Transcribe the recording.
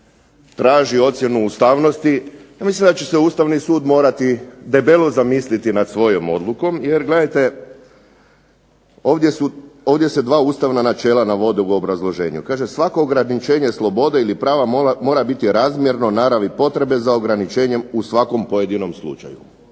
traži ocjenu ustavnosti ja mislim da će se Ustavni sud morati debelo zamisliti nad svojom odlukom. Jer gledajte, ovdje se dva ustavna načela navode u obrazloženju. Kaže, svako ograničenje slobode ili prava mora biti razmjerno naravi potrebe za ograničenjem u svakom pojedinom slučaju.